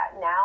now